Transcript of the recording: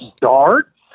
Darts